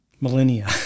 millennia